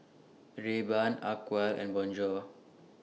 Rayban Acwell and Bonjour